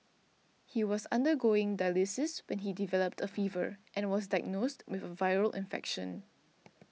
he was undergoing dialysis when he developed a fever and was diagnosed with a viral infection